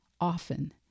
often